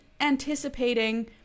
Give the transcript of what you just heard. anticipating